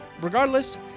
Regardless